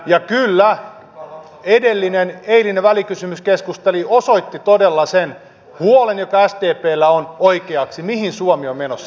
ja kyllä eilinen välikysymyskeskustelu osoitti todella sen huolen joka sdpllä on oikeaksi mihin suomi on menossa